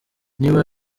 niba